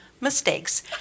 mistakes